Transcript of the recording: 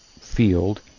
field